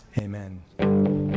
Amen